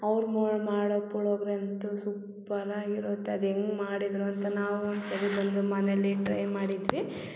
ಅವ್ರು ಮಾಡೋ ಪುಳೋಗ್ರೆ ಅಂತು ಸೂಪರಾಗಿರುತ್ತೆ ಅದು ಹೆಂಗೆ ಮಾಡಿದ್ದರು ಅಂತ ನಾವು ಒಂದ್ಸರ್ತಿ ಬಂದು ಮನೇಲಿ ಟ್ರೈ ಮಾಡಿದ್ವಿ